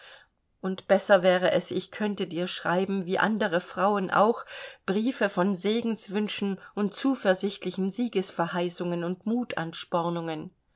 und besser wäre es ich könnte dir schreiben wie andere frauen auch briefe von segenswünschen und zuversichtlichen siegesverheißungen und